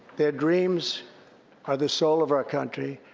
their dreams are the soul of our country,